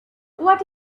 what